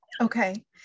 Okay